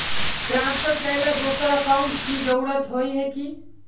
Transfer करेला दोसर account की जरुरत होय है की?